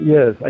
Yes